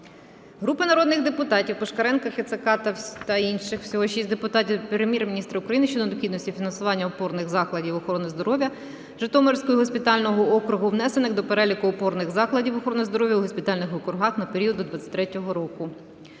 Групи народних депутатів (Пушкаренка, Кицака та інших. Всього 6 депутатів) до Прем'єр-міністра України щодо необхідності фінансування опорних закладів охорони здоров'я Житомирського госпітального округу, внесених до переліку опорних закладів охорони здоров'я у госпітальних округах на період до 2023 року.